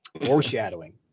Foreshadowing